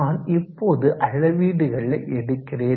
நான் இப்போது அளவீடுகளை எடுக்கிறேன்